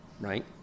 right